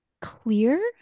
clear